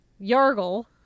Yargle